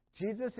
Jesus